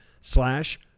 slash